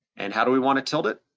and how do we wanna tilt it?